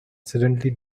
suddenly